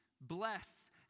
Bless